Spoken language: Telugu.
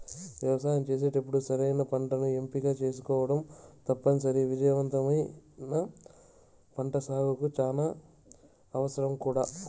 వ్యవసాయం చేసేటప్పుడు సరైన పంటను ఎంపిక చేసుకోవటం తప్పనిసరి, విజయవంతమైన పంటసాగుకు చానా అవసరం కూడా